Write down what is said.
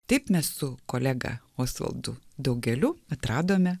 taip mes su kolega osvaldu daugeliu atradome